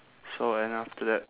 so and after that